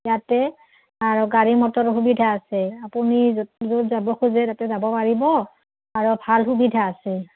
ইয়াতে আৰু গাড়ী মটৰ সুবিধা আছে আপুনি য'ত য'ত যাব খোজে তাতে যাব পাৰিব আৰু ভাল সুবিধা আছে